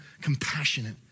compassionate